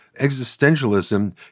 existentialism